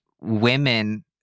women